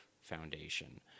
foundation